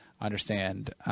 understand